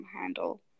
handle